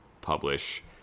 publish